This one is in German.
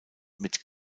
mit